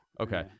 Okay